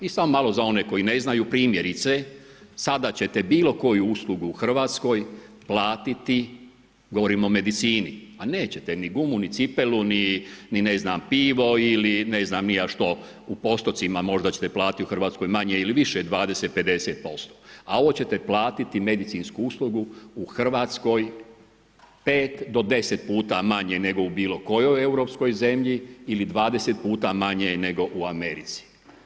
I samo malo za one koji ne znaju, primjerice, sada ćete bilo koju uslugu u Hrvatskoj platiti, govorim o medicini, a nećete ni gumu ni cipelu, ni ne znam pivo ili ne znam ni ja što u postocima možda ćete platiti u Hrvatskoj manje ili više 20, 50%, a ovo ćete platiti medicinsku uslugu u Hrvatskoj 5 do 10 puta manje nego u bilo kojoj europskoj zemlji ili 20 puta manje nego u Americi.